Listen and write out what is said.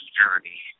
journey